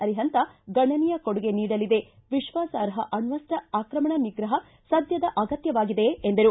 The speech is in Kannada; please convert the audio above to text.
ಅರಿಹಂತ ಗಣನೀಯ ಕೊಡುಗೆ ನೀಡಲಿದೆ ವಿಶ್ವಾಸಾರ್ಹ ಅಣ್ಣಸ್ತ ಆಕ್ರಮಣ ನಿಗ್ರಹ ಸದ್ಯದ ಅಗತ್ಯವಾಗಿದೆ ಎಂದರು